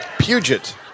Puget